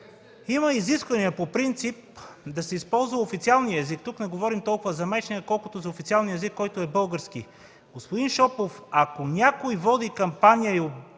има изисквания да се използва официалния език. Тук не говорим толкова за майчиния, колкото за официалния език, който е български. Господин Шопов, ако някой води кампания и прави